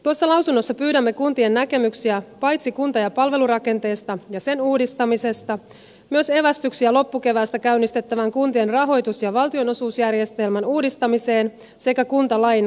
tuossa lausunnossa pyydämme paitsi kuntien näkemyksiä kunta ja palvelurakenteesta ja sen uudistamisesta myös evästyksiä loppukeväästä käynnistettävään kuntien rahoitus ja valtionosuusjärjestelmän uudistamiseen sekä kuntalain kokonaisuudistukseen